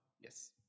Yes